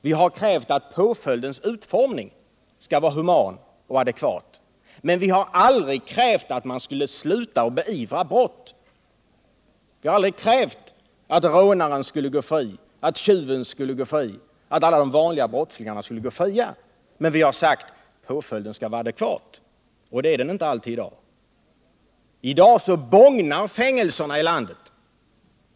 Vi har krävt att påföljdens utformning skall vara human och adekvat, men vi har aldrig krävt att man skulle sluta att beivra brott, vi har aldrig krävt att rånaren, tjuven och alla de vanliga brottslingarna skulle gå fria, men vi har sagt att påföljden skall vara adekvat — det är den inte alltid i dag. Nu bågnar fängelserna i landet.